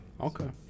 Okay